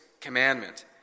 commandment